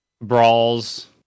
Brawls